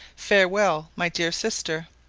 farewell, my dear sister.